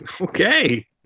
okay